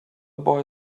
boy